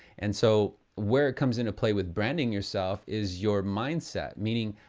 and so, where it comes into play with branding yourself is your mindset. meaning,